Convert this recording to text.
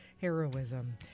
heroism